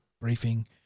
briefing